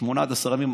שמונה עד עשרה ימים,